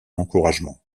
encouragement